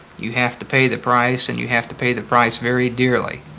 you have to pay the price and you have to pay the price very dearly.